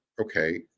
okay